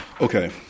Okay